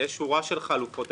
ויש שורה של חלופות.